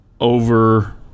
over